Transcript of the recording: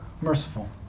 merciful